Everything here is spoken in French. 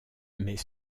mais